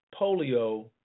polio